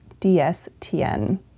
dstn